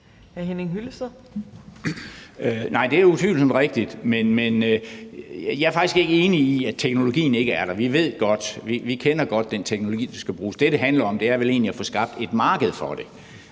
Nej, det er utvivlsomt rigtigt, men jeg er faktisk ikke enig i, at teknologien ikke er der. Vi kender godt den teknologi, der skal bruges, og det, det handler om, er vel egentlig at få skabt et marked for det.